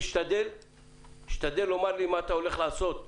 תשתדל לומר לי מה אתה הולך לעשות,